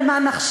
על מה נחשוב.